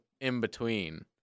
in-between